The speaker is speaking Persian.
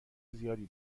زیادی